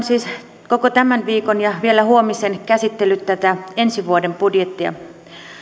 siis koko tämän viikon käsitellyt ja vielä huomisen käsittelee tätä ensi vuoden budjettia